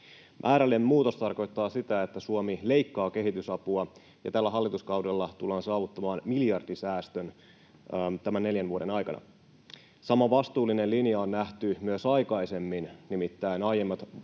Määrällinen muutos tarkoittaa sitä, että Suomi leikkaa kehitysapua ja tällä hallituskaudella tullaan saavuttamaan miljardisäästö tämän neljän vuoden aikana. Sama vastuullinen linja on nähty myös aikaisemmin, nimittäin aiemmat